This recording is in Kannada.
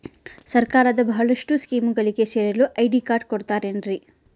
ಸರ್ಕಾರದ ಬಹಳಷ್ಟು ಸ್ಕೇಮುಗಳಿಗೆ ಸೇರಲು ಐ.ಡಿ ಕಾರ್ಡ್ ಕೊಡುತ್ತಾರೇನ್ರಿ?